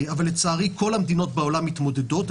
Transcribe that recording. אבל לצערי כל מדינות העולם מתמודדות עם זה,